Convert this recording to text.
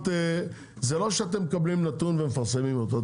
זה לא שאתם מקבלים נתון ומפרסמים אותו.